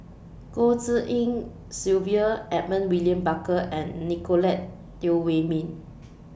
Goh Tshin En Sylvia Edmund William Barker and Nicolette Teo Wei Min